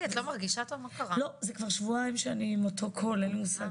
וכל ההתמחויות שאנחנו מדברים